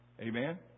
Amen